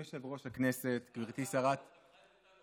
אדוני יושב-ראש הכנסת, גברתי שרת החינוך,